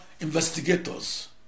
investigators